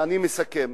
אני מסכם.